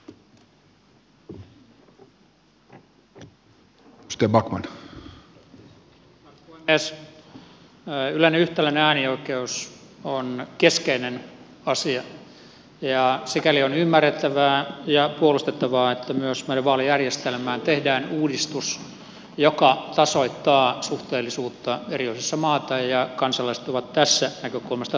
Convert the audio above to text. yleinen ja yhtäläinen äänioikeus on keskeinen asia ja sikäli on ymmärrettävää ja puolustettavaa että myös meidän vaalijärjestelmäämme tehdään uudistus joka tasoittaa suhteellisuutta eri osissa maata jolloin kansalaiset ovat tästä näkökulmasta tasavertaisempia